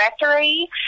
directory